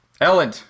Ellen